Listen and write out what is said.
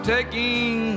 taking